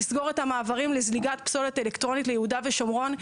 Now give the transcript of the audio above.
לסגור את המעברים לזליגת פסולת אלקטרונית ליהודה ושומרון.